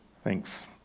thanks